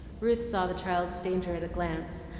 ruth saw the child's danger at a glance,